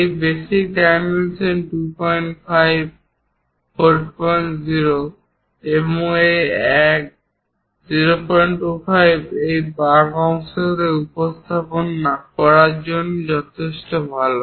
এই basic dimension 25 40 এবং এই এক 025 এই বাঁক অংশকে উপস্থাপন করার জন্য যথেষ্ট ভাল